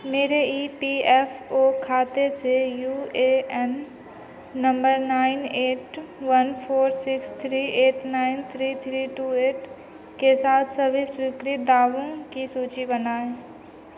मेरे E P F O खाते से U A N number nine eight one four six three eight nine three three two eight के साथ सभी स्वीकृत दावों की सूची बनाएँ